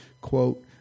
Quote